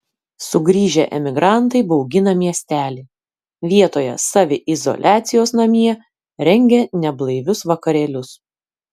sugrįžę emigrantai baugina miestelį vietoje saviizoliacijos namie rengia neblaivius vakarėlius